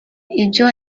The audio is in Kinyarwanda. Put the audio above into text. ibyo